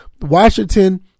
Washington